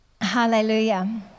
Hallelujah